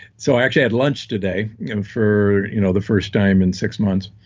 so i actually had lunch today for you know the first time in six months.